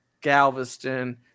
Galveston